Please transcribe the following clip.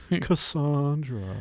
Cassandra